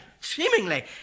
seemingly